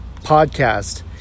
podcast